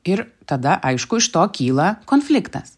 ir tada aišku iš to kyla konfliktas